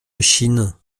chine